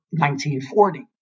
1940